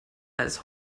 als